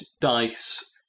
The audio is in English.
dice